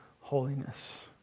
holiness